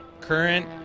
current